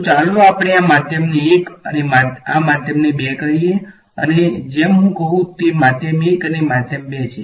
તો ચાલો આપણે આ માધ્યમને ૧ અને માધ્યમ ૨ કહીએ અને જેમ હું કહું તે માધ્યમ ૧ અને માધ્યમ ૨ છે